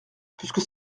puisque